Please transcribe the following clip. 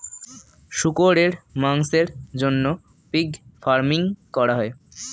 শুকরের মাংসের জন্য পিগ ফার্মিং করা হয়